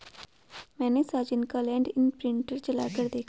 मैने साजन का land imprinter चलाकर देखा है